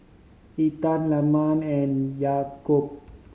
Intan Leman and Yaakob